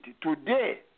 today